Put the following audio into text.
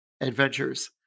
adventures